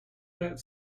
that